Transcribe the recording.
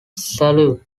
salute